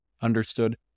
understood